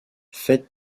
faite